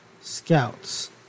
scouts